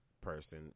person